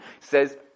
says